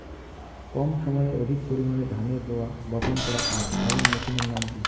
কম সময়ে অধিক পরিমাণে ধানের রোয়া বপন করা য়ায় এমন মেশিনের নাম কি?